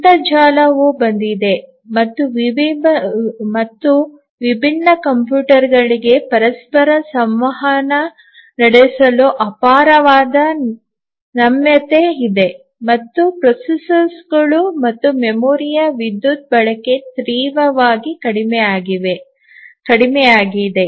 ಅಂತರ್ಜಾಲವು ಬಂದಿದೆ ಮತ್ತು ವಿಭಿನ್ನ ಕಂಪ್ಯೂಟರ್ಗಳಿಗೆ ಪರಸ್ಪರ ಸಂವಹನ ನಡೆಸಲು ಅಪಾರವಾದ ನಮ್ಯತೆ ಇದೆ ಮತ್ತು ಪ್ರೊಸೆಸರ್ಗಳು ಮತ್ತು ಮೆಮೊರಿಯ ವಿದ್ಯುತ್ ಬಳಕೆ ತೀವ್ರವಾಗಿ ಕಡಿಮೆಯಾಗಿದೆ